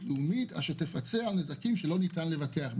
לאומית אשר תפצה על נזקים שלא ניתן לפצות בגינם.